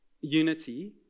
unity